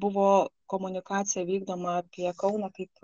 buvo komunikacija vykdoma apie kauną kaip